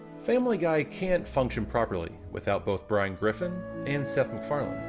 family guy can't function properly without both brian griffin and seth macfarlane.